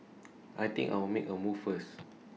I think I'll make A move first